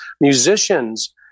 musicians